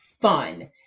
fun